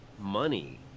money